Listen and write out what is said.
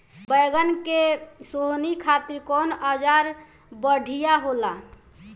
बैगन के सोहनी खातिर कौन औजार बढ़िया होला?